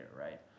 right